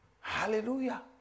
Hallelujah